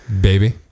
Baby